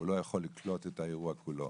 הוא לא יכול לקלוט את האירוע כולו,